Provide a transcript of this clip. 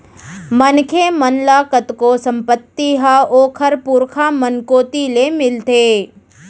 मनखे मन ल कतको संपत्ति ह ओखर पुरखा मन कोती ले मिलथे